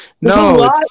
No